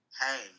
hey